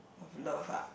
of love ah